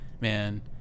man